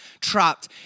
trapped